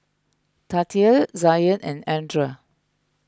Tatia Zion and andra